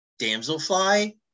damselfly